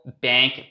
bank